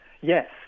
Yes